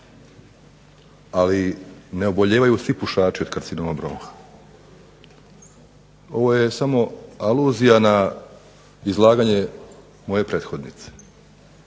Ali, ne obolijevaju svi pušači od karcinoma bronha. Ovo je samo aluzija na izlaganje moje prethodnice.